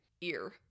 ear